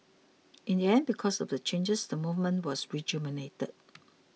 in the end because of the changes the movement was rejuvenated